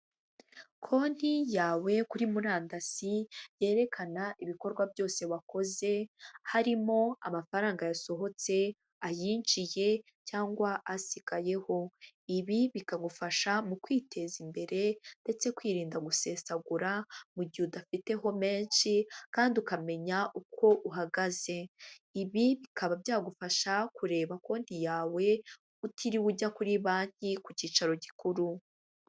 Konti yawe kuri murandasi yerekana ibikorwa byose wakoze, harimo amafaranga yasohotse, ayinjiye cyangwa asigayeho. Ibi bikagufasha mu kwiteza imbere ndetse kwirinda gusesagura mu gihe udafiteho menshi kandi ukamenya uko uhagaze. Ibi bikaba byagufasha kureba konti yawe utiriwe ujya kuri banki ku cyicaro gikuru.